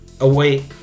Away